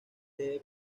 debe